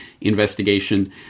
investigation